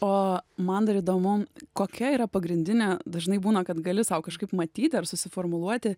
o man dar įdomu kokia yra pagrindinė dažnai būna kad gali sau kažkaip matyti ar susiformuluoti